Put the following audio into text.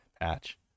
patch